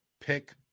pick